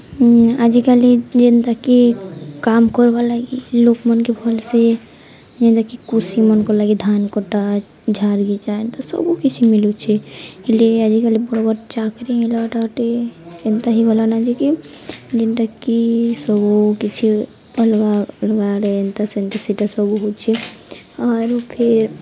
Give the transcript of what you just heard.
ଆଜିକାଲି ଯେନ୍ତାକି କାମ୍ କର୍ବାର୍ ଲାଗି ଲୋକ୍ମନ୍କେ ଭଲ୍ସେ ଯେନ୍ତାକି କୃଷିମନ୍କର୍ଲାଗି ଧାନ୍ କଟା ଝାର୍ ଘିଚା ଏନ୍ତା ସବୁ କିଛି ମିଲୁଛେ ହେଲେ ଆଜିକାଲି ବଡ଼୍ ବଡ଼୍ ଚାକ୍ରି ହେଲା ମିଲବାଟା ଗୁଟେ ଏନ୍ତା ହିଁ ଗଲାନା ଯେ କି ଯେନ୍ତାକି ସବୁ କିଛି ଅଲ୍ଗା ଅଲ୍ଗାରେ ଏନ୍ତା ସେନ୍ତା ସେଟା ସବୁ ହଉଛେ ଆରୁ ଫେର୍